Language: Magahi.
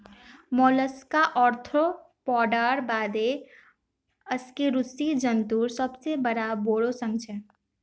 मोलस्का आर्थ्रोपोडार बादे अकशेरुकी जंतुर दूसरा सबसे बोरो संघ छे